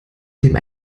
dem